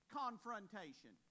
confrontation